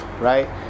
right